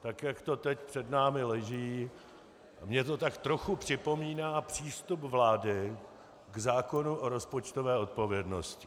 Tak jak to teď před námi leží a mě to tak trochu připomíná přístup vlády k zákonu o rozpočtové odpovědnosti.